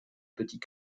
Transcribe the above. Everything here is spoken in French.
petits